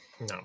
No